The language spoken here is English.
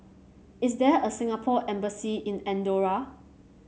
is there a Singapore Embassy in Andorra